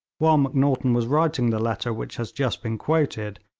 while macnaghten was writing the letter which has just been quoted,